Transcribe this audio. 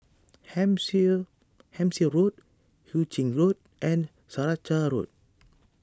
Hampshire Road Hu Ching Road and Saraca Road